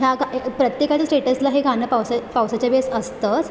ह्या प्रत्येकाच्या स्टेटसला हे गाणं पावसा पावसाच्या वेळेस असतंच